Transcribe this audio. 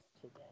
today